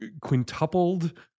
quintupled